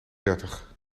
dertig